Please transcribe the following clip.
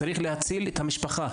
צריך להציל את המשפחה,